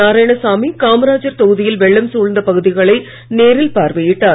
நாராயணசாமி காமராஜர் தொகுதியில் வெள்ளம் சூழ்ந்த பகுதிகளை நேரில் பார்வையிட்டார்